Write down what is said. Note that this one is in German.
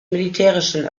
militärischen